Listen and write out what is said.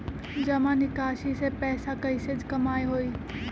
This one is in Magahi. जमा निकासी से पैसा कईसे कमाई होई?